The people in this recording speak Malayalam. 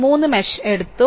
3 മെഷ് എടുത്തു